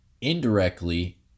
indirectly